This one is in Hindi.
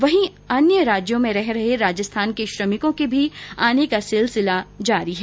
वहीं अन्य राज्यों में रह रहे राजस्थान के श्रमिकों के भी आने का सिलसिला जारी है